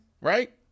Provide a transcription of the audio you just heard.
Right